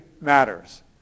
matters